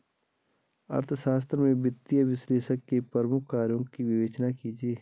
अर्थशास्त्र में वित्तीय विश्लेषक के प्रमुख कार्यों की विवेचना कीजिए